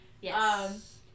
Yes